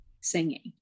singing